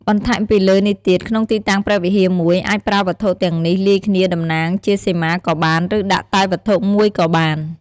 បន្ថែមពីលើនេះទៀតក្នុងទីតាំងព្រះវិហារមួយ អាចប្រើវត្ថុទាំងនេះ លាយគ្នាដំណាងជាសីមាក៏បាន ឬដាក់តែវត្ថុ១ក៏បាន។